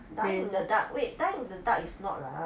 dine in the dark wait dine in the dark is not lah